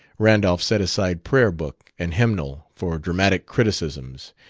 randolph set aside prayer-book and hymnal for dramatic criticisms,